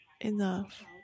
enough